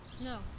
No